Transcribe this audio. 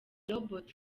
robot